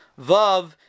Vav